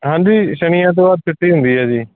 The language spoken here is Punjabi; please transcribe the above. ਹਾਂਜੀ ਸ਼ਨੀ ਐਤਵਾਰ ਛੁੱਟੀ ਹੁੰਦੀ ਹੈ ਜੀ